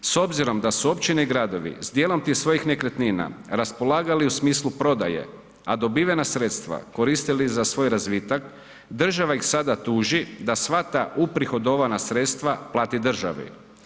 S obzirom da su općine i gradovi s dijelom tih svojih nekretnina raspolagali u smislu prodaje, a dobivena sredstva koristili za svoj razvitak država ih sada tuži da sva ta uprihodovana sredstva plati državi.